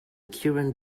current